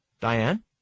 Diane